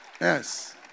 Yes